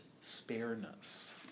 spareness